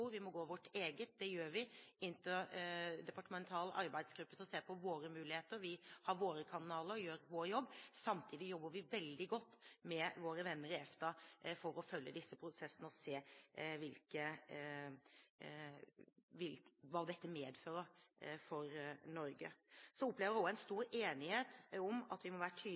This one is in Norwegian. Vi må gå vårt eget. Det gjør vi: En interdepartemental arbeidsgruppe ser på våre muligheter, vi har våre kanaler og gjør vår jobb. Samtidig jobber vi veldig godt med våre venner i EFTA for å følge disse prosessene og se hva dette medfører for Norge. Jeg opplever også at det er stor enighet om at vi må være